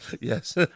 Yes